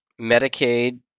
medicaid